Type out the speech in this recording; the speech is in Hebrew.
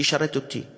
רק אותי.